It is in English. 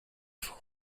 full